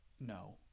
no